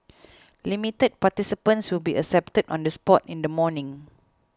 limited participants will be accepted on the spot in the morning